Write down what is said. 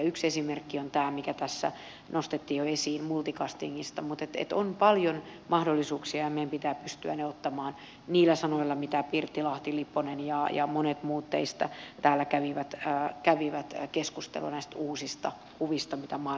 yksi esimerkki on tämä mikä tässä nostettiin jo esiin multicastingista mutta on paljon mahdollisuuksia ja meidän pitää pystyä ne ottamaan niillä sanoilla millä pirttilahti lipponen ja monet muut teistä täällä kävivät keskustelua näistä uusista kuvista mitä maailmassa on